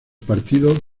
partido